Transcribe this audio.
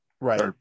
right